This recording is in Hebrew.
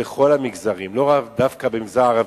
בכל המגזרים, לא דווקא במגזר הערבי.